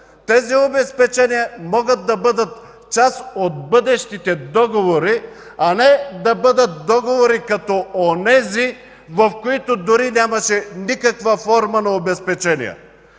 тези обезпечения могат да бъдат част от бъдещите договори, а не да бъдат като в онези договори, в които дори нямаше никаква форма на обезпечение.